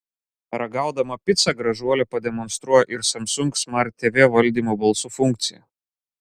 ragaudama picą gražuolė pademonstruoja ir samsung smart tv valdymo balsu funkciją